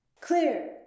Clear